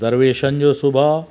दरवेश जो सुभाउ